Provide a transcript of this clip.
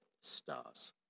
stars